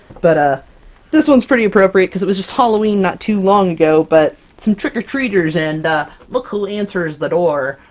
but ah this one's pretty appropriate, because it was just halloween not too long ago, but some trick-or-treaters and look who answers the door!